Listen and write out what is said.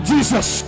Jesus